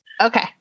Okay